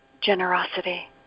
generosity